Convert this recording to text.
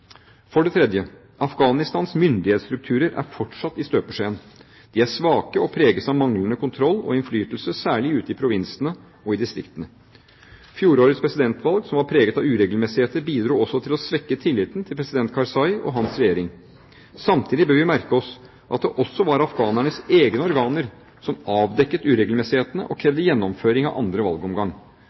For det tredje: Afghanistans myndighetsstrukturer er fortsatt i støpeskjeen. De er svake og preges av manglende kontroll og innflytelse, særlig ute i provinsene og i distriktene. Fjorårets presidentvalg, som var preget av uregelmessigheter, bidro også til å svekke tilliten til president Karzai og hans regjering. Samtidig bør vi merke oss at det var afghanernes egne organer som avdekket uregelmessighetene og krevde gjennomføring av andre valgomgang.